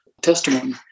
testimony